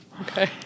Okay